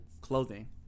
Clothing